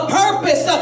purpose